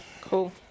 Cool